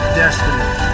destiny